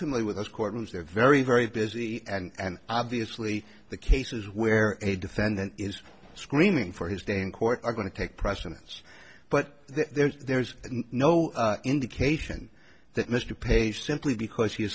familiar with those courtrooms they're very very busy and obviously the cases where a defendant is screaming for his day in court are going to take precedence but there's no indication that mr page simply because